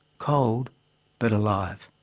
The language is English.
cold but alive.